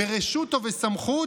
ברשות או בסמכות,